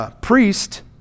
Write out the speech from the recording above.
priest